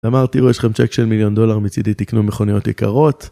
אמרתי לו יש לכם צ'ק של מיליון דולר מצידי תקנו מכוניות יקרות